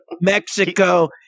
Mexico